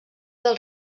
del